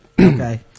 Okay